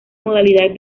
modalidad